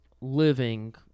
living